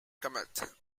cometh